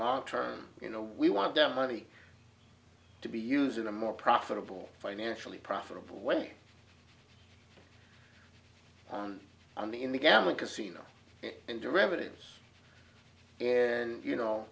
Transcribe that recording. long term you know we want them money to be used in a more profitable financially profitable way on the in the gambling casino in derivatives and you know